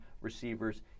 receivers